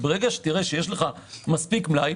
וברגע שתראה שיש לך מספיק מלאי,